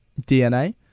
DNA